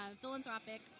philanthropic